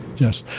yes,